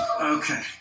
Okay